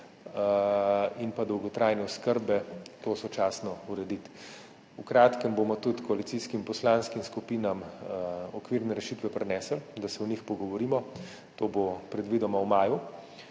in pa dolgotrajne oskrbe sočasno urediti. V kratkem bomo tudi koalicijskim poslanskim skupinam okvirne rešitve prinesli, da se o njih pogovorimo. To bo predvidoma v maju.